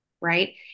right